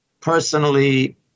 personally